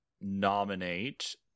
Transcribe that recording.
nominate